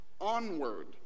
Onward